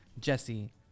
Jesse